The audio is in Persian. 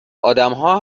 ادمها